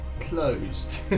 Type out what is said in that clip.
closed